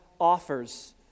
offers